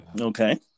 Okay